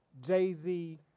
Jay-Z